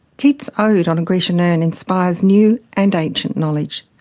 keat's ode on a grecian urn inspires new and ancient knowledge,